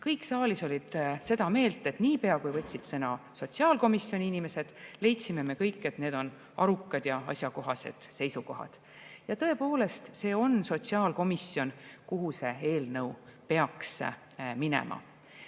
kõik saalis olid seda meelt, et niipea kui võtsid sõna sotsiaalkomisjoni inimesed, leidsime me kõik, et need on arukad ja asjakohased seisukohad. Ja tõepoolest, see on sotsiaalkomisjon, kuhu see eelnõu peaks minema.